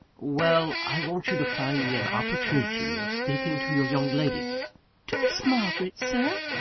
well i want you to find me an opportunity of speaking to your young lady to miss margaret, sir?